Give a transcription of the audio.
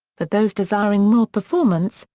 for those desiring more performance,